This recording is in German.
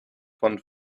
von